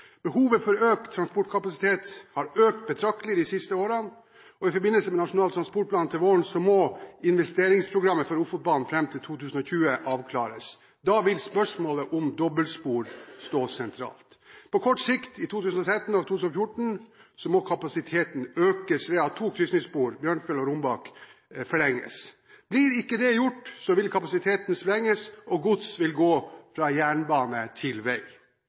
Behovet for økt transportkapasitet har økt betraktelig de siste årene, og i forbindelse med behandlingen av NTP til våren må investeringsprogrammet for Ofotbanen fram til 2020 avklares. Da vil spørsmålet om dobbeltspor stå sentralt. På kort sikt – i 2013 og 2014 – må kapasiteten økes ved at to krysningsspor, Bjørnfjell og Rombak, forlenges. Blir ikke dette gjort, vil kapasiteten sprenges og gods vil gå fra jernbane til vei.